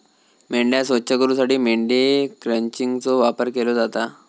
मेंढ्या स्वच्छ करूसाठी मेंढी क्रचिंगचो वापर केलो जाता